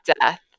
Death